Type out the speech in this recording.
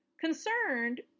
Concerned